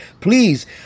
please